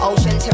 Ocean